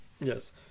Yes